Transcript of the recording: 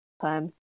time